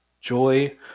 joy